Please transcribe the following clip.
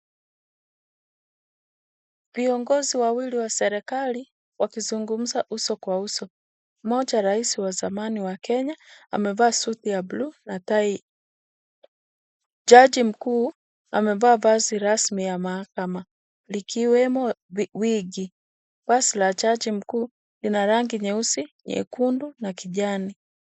Viongozi wawili wa serikali, wakizungumza uso kwa uso. Mmoja rais wa zamani wa Kenya, amevaa suti ya blue na tai. Jaji mkuu, amevaa vazi rasmi ya mahakama, likiwemo wigi . Vazi la jaji mkuu lina rangi nyeusi, nyekundu na kijani.